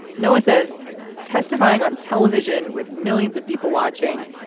noah says testifying on television with millions of people watching,